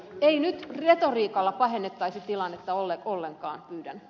ei nyt retoriikalla pahennettaisi tilannetta ollenkaan pyydän